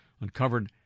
uncovered